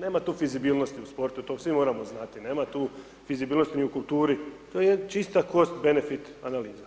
nema tu fizibilnosti u sportu, to svi moramo znati, nema tu fizibilnosti ni u kulturi, to je čista cost benefit analiza.